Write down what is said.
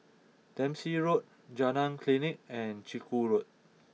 Dempsey Road Jalan Klinik and Chiku Road